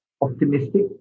optimistic